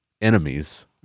enemies